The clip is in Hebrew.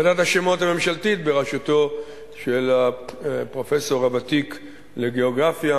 ועדת השמות הממשלתית בראשות הפרופסור הוותיק לגיאוגרפיה,